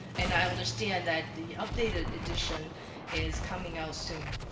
and i understand that the updated edition is coming out soon.